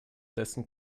dessen